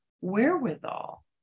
wherewithal